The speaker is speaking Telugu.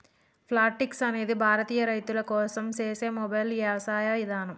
ప్లాంటిక్స్ అనేది భారతీయ రైతుల కోసం సేసే మొబైల్ యవసాయ ఇదానం